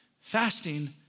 Fasting